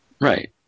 Right